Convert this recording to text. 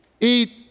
eat